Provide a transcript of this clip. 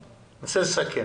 יש עשרות מכונים, ולכל אחד הסכם